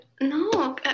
No